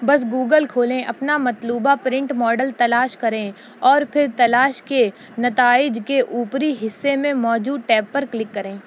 بس گوگل کھولیں اپنا مطلوبہ پرنٹ ماڈل تلاش کریں اور پھر تلاش کے نتائج کے اوپری حصے میں موجود ٹیب پر کلک کریں